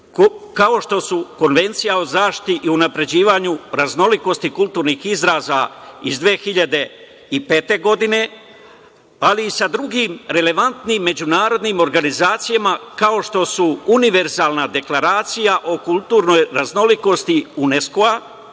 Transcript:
kao što su Konvencija o zaštiti i unapređivanju raznolikosti kulturnih izraza iz 2005. godine, ali i sa drugim relevantnim međunarodnim organizacijama kao što su Univerzalna deklaracija o kulturnoj raznolikosti UNESKO-a